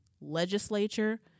legislature